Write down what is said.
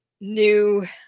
New